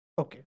Okay